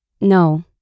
No